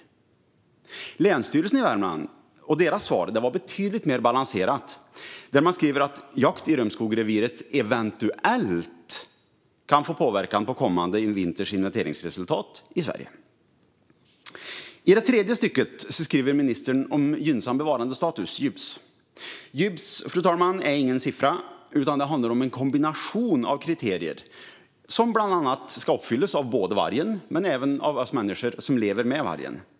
Svaret från Länsstyrelsen i Värmland var betydligt mer balanserat, där man skrev att jakt i Römskogsreviret eventuellt kan få påverkan på kommande vinters inventeringsresultat i Sverige. I det tredje stycket skriver ministern om gynnsam bevarandestatus, GYBS. GYBS, fru talman, är ingen siffra, utan det handlar om en kombination av kriterier som bland annat ska uppfyllas av vargen men även av oss människor som lever med vargen.